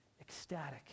ecstatic